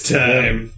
time